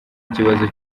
ikibazo